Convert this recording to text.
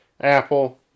Apple